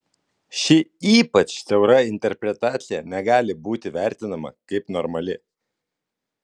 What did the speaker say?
ši ypač siaura interpretacija negali būti vertinama kaip normali